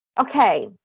Okay